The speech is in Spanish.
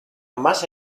más